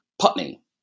Putney